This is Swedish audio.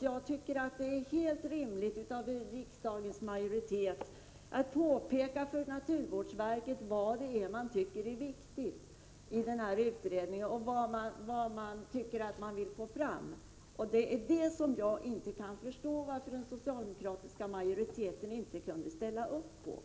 Jag tycker att det är helt rimligt att riksdagens majoritet påpekar för naturvårdsverket vad som är viktigt i denna utredning och vad man vill få fram. Det var det som jag inte kunde förstå varför den socialdemokratiska majoriteten inte kunde ställa sig bakom.